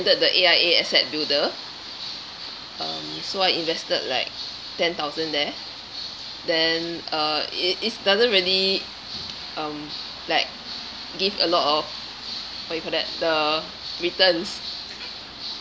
the A_I_A asset builder um so I invested like ten thousand there then uh it it's doesn't really um like give a lot of what you call that the returns